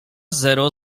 zero